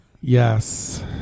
Yes